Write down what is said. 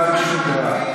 לא הבעתי שום דעה.